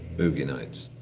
boogie nights.